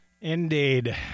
Indeed